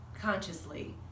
consciously